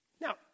Now